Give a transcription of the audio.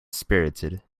spirited